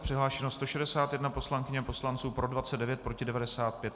Přihlášeno 161 poslankyň a poslanců, pro 29, proti 95.